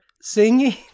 singing